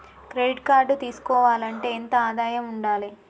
Credit card తీసుకోవాలంటే ఎంత ఆదాయం ఉండాలే?